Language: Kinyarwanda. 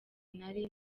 nari